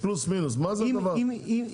מה זה הדבר הזה.